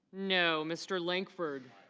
no. mr. langford